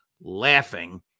laughing